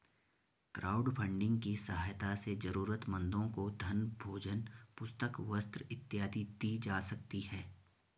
crowdfunding की सहायता से जरूरतमंदों को धन भोजन पुस्तक वस्त्र इत्यादि दी जा सकती है